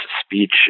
speech